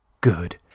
Good